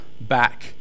back